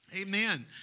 Amen